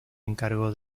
encargo